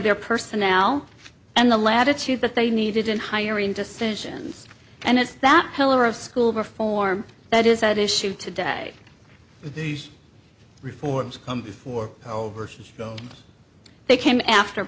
their personnel and the latitude that they needed in hiring decisions and it's that pillar of school reform that is at issue today these reforms come before they came after